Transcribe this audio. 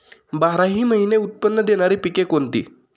बाराही महिने उत्त्पन्न देणारी पिके कोणती?